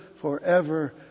forever